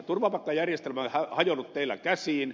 turvapaikkajärjestelmä on hajonnut teillä käsiin